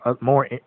more